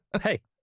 Hey